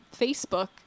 Facebook